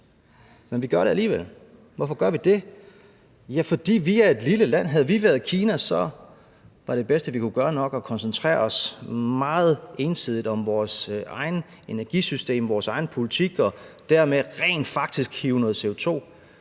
Men vi gør det alligevel. Hvorfor gør vi det? Ja, fordi vi er et lille land her. Havde vi været Kina, så var det bedste, vi kunne gøre, nok at koncentrere os meget ensidigt om vores eget energisystem og vores egen politik og dermed rent faktisk hive noget CO₂